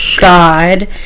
god